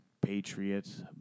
Patriots